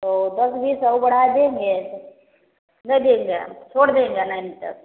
तो दस बीस और बढ़ा देंगे नहीं देंगे आप छोड़ देंगे नैनी तक